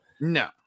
no